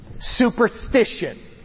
superstition